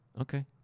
Okay